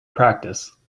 practice